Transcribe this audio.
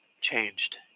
changed